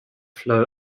flow